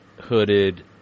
hooded